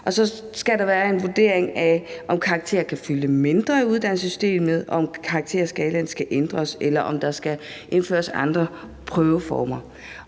Og så skal der være en vurdering af, om karakterer kan fylde mindre i uddannelsessystemet, om karakterskalaen skal ændres, eller om der skal indføres andre prøveformer.